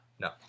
No